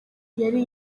yari